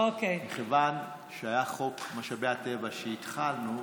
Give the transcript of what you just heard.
מכיוון שהיה חוק משאבי הטבע שהתחלנו,